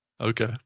Okay